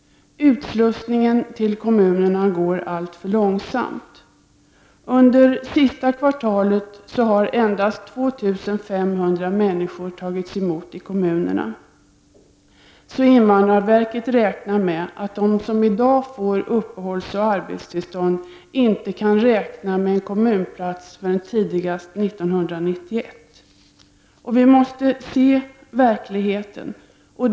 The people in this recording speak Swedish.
Utslussningen går för långsamt. Under det senaste kvartalet har endast 2500 människor tagits emot i kommunerna. Invandrarverket räknar med att de som i dag får uppehållsoch arbetstillstånd inte kan räkna med en kommunplats förrän tidigast 1991. Vi måste se verkligheten som den är.